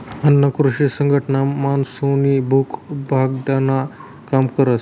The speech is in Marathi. अन्न कृषी संघटना माणूसनी भूक भागाडानी काम करस